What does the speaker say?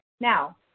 Now